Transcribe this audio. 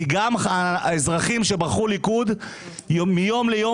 כי גם האזרחים שבחרו ליכוד מיום ליום